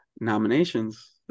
Nominations